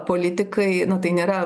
politikai na tai nėra